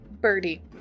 Birdie